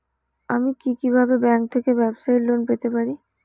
আমি কি কিভাবে ব্যাংক থেকে ব্যবসায়ী লোন পেতে পারি?